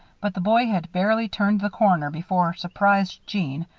but the boy had barely turned the corner before surprised jeanne,